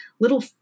little